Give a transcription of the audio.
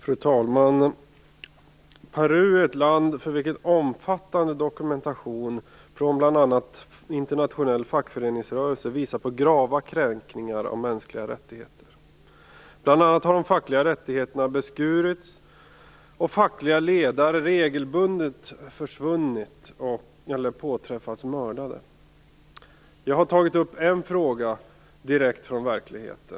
Fru talman! Peru är ett land för vilket omfattande dokumentation från bl.a. internationell fackföreningsrörelse visar på grava kränkningar av mänskliga rättigheter. Bl.a. har de fackliga rättigheterna beskurits och fackliga ledare regelbundet försvunnit eller påträffats mördade. Jag har tagit upp en fråga direkt från verkligheten.